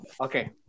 Okay